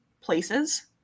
places